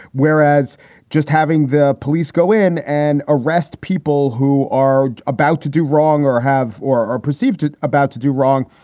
whereas just having the police go in and arrest people who are about to do wrong or have or are perceived to about to do wrong,